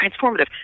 transformative